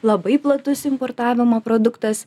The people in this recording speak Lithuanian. labai platus importavimo produktas